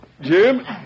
Jim